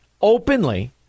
openly